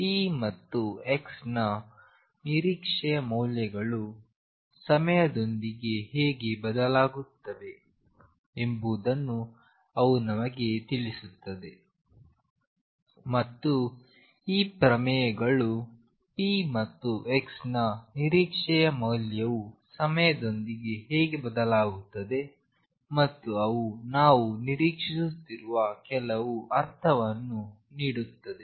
p ಮತ್ತು x ನ ನಿರೀಕ್ಷೆಯ ಮೌಲ್ಯಗಳು ಸಮಯದೊಂದಿಗೆ ಹೇಗೆ ಬದಲಾಗುತ್ತವೆ ಎಂಬುದನ್ನು ಅವು ನಿಮಗೆ ತಿಳಿಸುತ್ತದೆ ಮತ್ತು ಈ ಪ್ರಮೇಯಗಳು p ಮತ್ತು x ನ ನಿರೀಕ್ಷೆಯ ಮೌಲ್ಯವು ಸಮಯದೊಂದಿಗೆ ಹೇಗೆ ಬದಲಾಗುತ್ತದೆ ಮತ್ತು ಅವು ನಾವು ನಿರೀಕ್ಷಿಸುತ್ತಿರುವ ಕೆಲವು ಅರ್ಥವನ್ನು ನೀಡುತ್ತವೆ